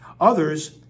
others